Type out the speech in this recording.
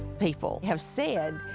people have said,